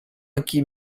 aqui